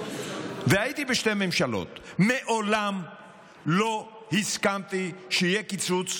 והייתי בשתי ממשלות, מעולם לא הסכמתי שיהיה קיצוץ